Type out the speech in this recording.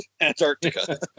Antarctica